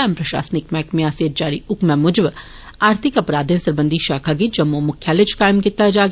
आम प्रशासनिक मैहकमे आसेया जारी हकमै मुजब आर्थिक अपराधें सरबंधी शाखा गी जम्मू मुख्यालय च कामय कीता जाग